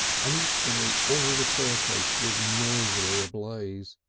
and instantly all the staircase was noisily ablaze.